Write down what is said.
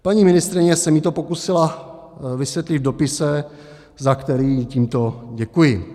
Paní ministryně se mi to pokusila vysvětlit v dopise, za který jí tímto děkuji.